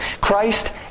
Christ